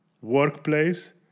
workplace